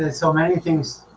ah so many things